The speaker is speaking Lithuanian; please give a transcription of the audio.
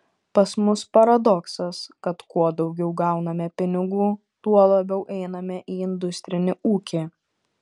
pas mus paradoksas kad kuo daugiau gauname pinigų tuo labiau einame į industrinį ūkį